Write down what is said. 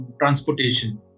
transportation